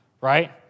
right